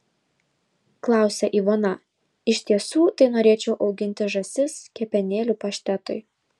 klausia ivona iš tiesų tai norėčiau auginti žąsis kepenėlių paštetui